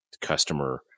customer